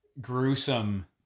gruesome